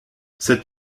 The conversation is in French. cette